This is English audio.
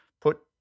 put